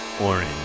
Orange